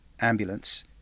ambulance